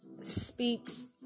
speaks